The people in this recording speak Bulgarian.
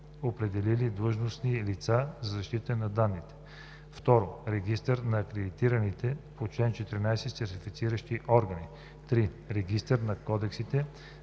определили длъжностни лица по защита на данните; 2. регистър на акредитираните по чл. 14 сертифициращи органи; 3. регистър на кодексите